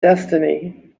destiny